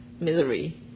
misery